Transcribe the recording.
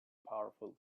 powerful